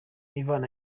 ivan